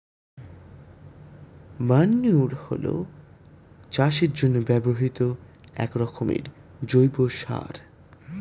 manure হলো চাষের জন্য ব্যবহৃত একরকমের জৈব সার